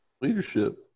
Leadership